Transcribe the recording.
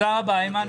תודה רבה איימן.